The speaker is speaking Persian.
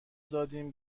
دادیم